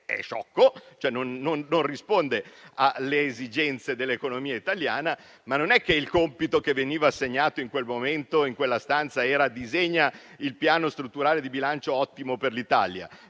è sciocco, cioè non risponde alle esigenze dell'economia italiana. Tuttavia, il compito che veniva assegnato in quel momento in quella stanza non era disegnare il Piano strutturale di bilancio ottimo per l'Italia,